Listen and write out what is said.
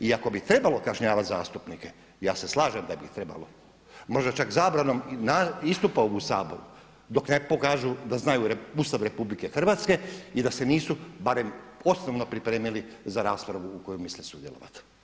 I ako bi trebalo kažnjavati zastupnike, ja se slažem da bi ih trebalo, možda čak zabranom istupa u Saboru dok ne pokažu da znaju Ustav RH i da se nisu barem osnovno pripremili za raspravu u kojoj misle sudjelovati.